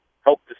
help